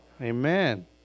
Amen